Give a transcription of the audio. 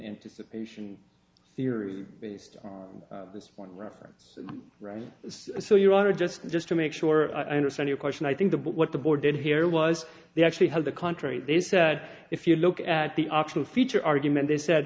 anticipation theory based on this one reference right so you are just just to make sure i understand your question i think the but what the board did here was they actually had the contrary they said if you look at the optional feature argument they said